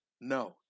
No